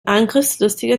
angriffslustiger